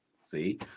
see